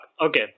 Okay